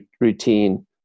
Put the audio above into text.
routine